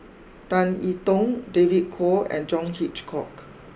Tan E Tong David Kwo and John Hitchcock